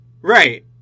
right